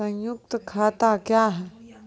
संयुक्त खाता क्या हैं?